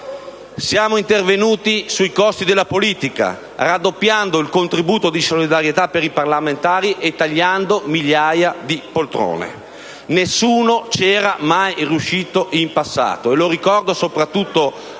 Siamo intervenuti sui costi della politica, raddoppiando il contributo di solidarietà per i parlamentari e tagliando migliaia di poltrone. Nessuno ci era mai riuscito in passato. Lo ricordo soprattutto ai